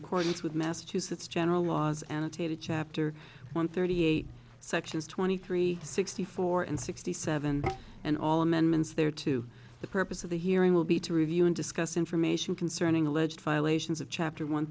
accordance with massachusetts general laws annotated chapter one thirty eight sections twenty three sixty four and sixty seven and all amendments there to the purpose of the hearing will be to review and discuss information concerning alleged violations of chapter one